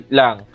lang